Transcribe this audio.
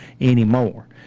anymore